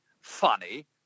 funny